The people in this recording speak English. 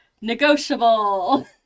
negotiable